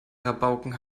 rabauken